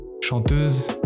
chanteuse